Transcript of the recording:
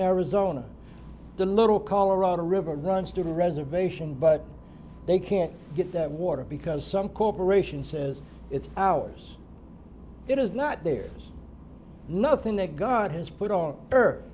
arizona the little colorado river runs through the reservation but they can't get that water because some corporation says it's ours it is not there's nothing that god has put on earth